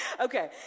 Okay